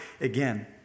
again